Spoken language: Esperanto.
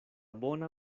bona